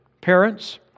parents